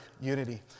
unity